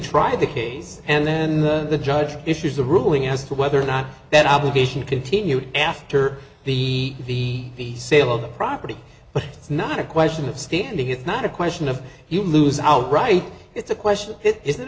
try the case and then the judge issues a ruling as to whether or not that obligation continued after the v the sale of the property but it's not a question of standing it's not a question of you lose out right it's a question isn't